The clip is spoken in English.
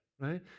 right